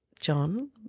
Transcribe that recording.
John